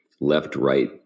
left-right